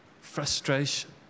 frustration